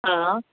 हा